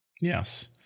Yes